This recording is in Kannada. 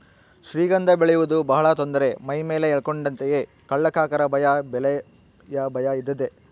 ಶ್ರೀಗಂಧ ಬೆಳೆಯುವುದು ಬಹಳ ತೊಂದರೆ ಮೈಮೇಲೆ ಎಳೆದುಕೊಂಡಂತೆಯೇ ಕಳ್ಳಕಾಕರ ಭಯ ಬೆಲೆಯ ಭಯ ಇದ್ದದ್ದೇ